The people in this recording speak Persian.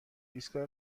ایستگاه